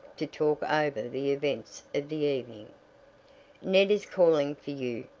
to talk over the events of the evening. ned is calling for you,